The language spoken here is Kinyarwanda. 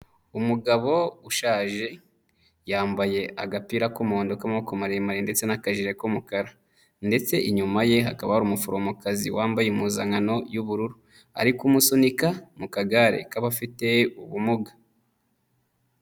Umugabo ushaje, yambaye agapira k'umuhondo k'amaboko maremare ndetse n'akajire k'umukara ndetse inyuma ye, hakaba hari umuforomokazi wambaye impuzankano y'ubururu, ari kumusunika mu kagare k'abafite ubumuga.